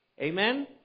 Amen